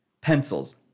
Pencils